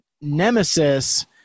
nemesis